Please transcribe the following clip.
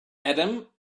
adam